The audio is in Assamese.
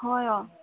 হয় অঁ